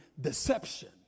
deception